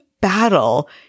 battle